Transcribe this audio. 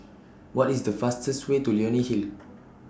What IS The fastest Way to Leonie Hill